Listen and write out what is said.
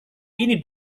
ini